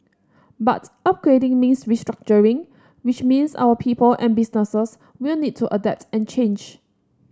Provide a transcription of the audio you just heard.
but upgrading means restructuring which means our people and businesses will need to adapt and change